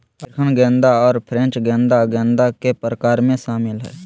African गेंदा और French गेंदा गेंदा के प्रकार में शामिल हइ